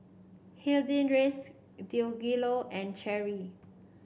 Hildegarde Deangelo and Cherry